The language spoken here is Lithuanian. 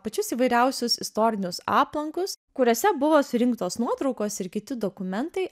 pačius įvairiausius istorinius aplankus kuriuose buvo surinktos nuotraukos ir kiti dokumentai